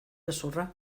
gezurra